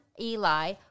Eli